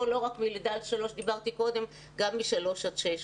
לא רק מגילי לידה עד שלוש אלא גם מגיל שלוש עד שש.